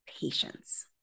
patience